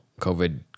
COVID